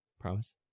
Promise